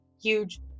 huge